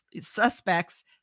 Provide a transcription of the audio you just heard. suspects